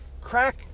crack